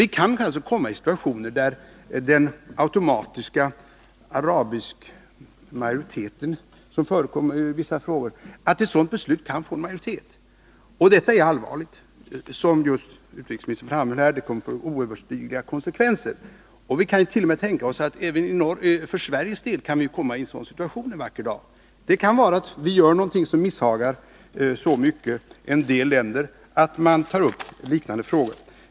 Vi kan alltså komma i situationer där den automatiska arabiska majoriteten, som förekommer i vissa fall, innebär att ett beslut kan få majoritet, och detta är allvarligt och kan — som utrikesministern framhöll — få oöverskådiga konsekvenser. Vi kan t.o.m. tänka oss att vi för Sveriges del kan komma i en sådan situation en vacker dag. Det kan bero på att vi gör någonting som så mycket misshagar en del länder att man tar upp liknande förslag.